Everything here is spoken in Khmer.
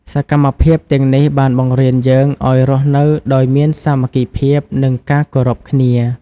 សកម្មភាពទាំងនេះបានបង្រៀនយើងឱ្យរស់នៅដោយមានសាមគ្គីភាព និងការគោរពគ្នា។